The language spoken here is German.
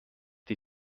die